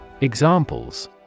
Examples